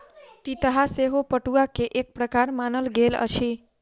तितहा सेहो पटुआ के एक प्रकार मानल गेल अछि